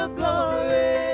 glory